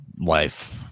life